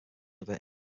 other